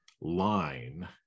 line